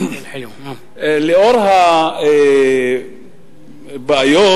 לאור הבעיות,